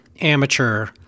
amateur